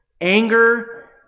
anger